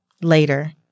later